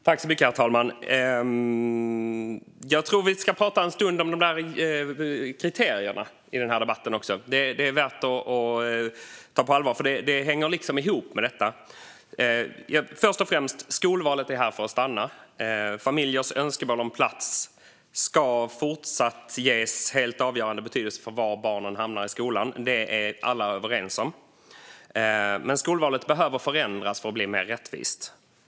Herr talman! Jag tror att vi i den här debatten också ska prata en stund om kriterierna. Det är värt att ta på allvar. Det hänger liksom ihop med detta. Först och främst: Skolvalet är här för att stanna. Familjers önskemål om plats ska fortsatt ges helt avgörande betydelse för var barnen hamnar i skolan. Det är alla överens om. Men skolvalet behöver förändras för att bli mer rättvist.